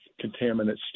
contaminants